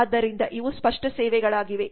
ಆದ್ದರಿಂದ ಇವು ಸ್ಪಷ್ಟ ಸೇವೆಗಳಾಗಿವೆ